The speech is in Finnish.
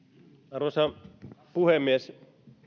arvoisa puhemies